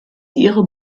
ihre